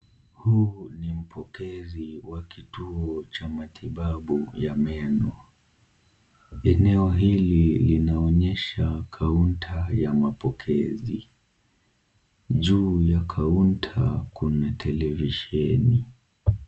Huyu ni mpokezi wa kituo cha matibabu ya meno. Eneo hili linaonyesha kaunta ya mapokezi, juu ya kaunta kuna televisheni.